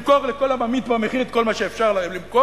למכור לכל הממעיט במחיר את כל מה שאפשר למכור.